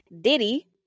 Diddy